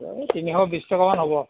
এই তিনিশ বিছ টকামান হ'ব